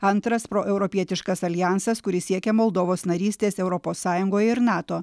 antras proeuropietiškas aljansas kuris siekia moldovos narystės europos sąjungoje ir nato